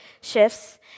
shifts